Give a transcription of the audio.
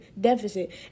deficit